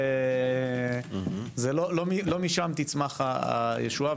שלא משם תצמח הישועה.